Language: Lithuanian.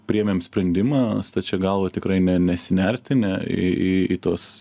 priėmėm sprendimą stačia galva tikrai ne ne nesinerti į į tuos